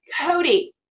Cody